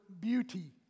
beauty